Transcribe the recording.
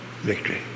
Victory